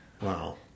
wow